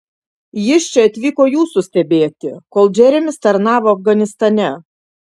jis čia atvyko jūsų stebėti kol džeremis tarnavo afganistane